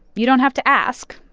you don't have to ask.